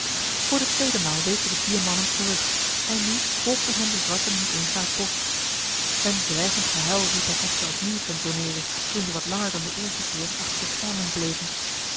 voor de tweede maal weken de vier mannen terug en nu volgden hen de zwarten niet eens naar het bosch een dreigend gehuil riep hen echter opnieuw ten tooneele toen ze wat langer dan den eersten keer achter de schermen bleven